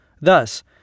Thus